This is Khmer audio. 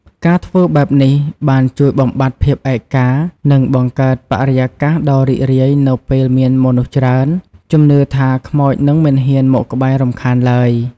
ការធ្វើបែបនេះបានជួយបំបាត់ភាពឯកា និងបង្កើតបរិយាកាសដ៏រីករាយនៅពេលមានមនុស្សច្រើន ជំនឿថាខ្មោចនឹងមិនហ៊ានមកក្បែររំខានឡើយ ។